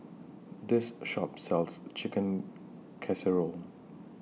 This Shop sells Chicken Casserole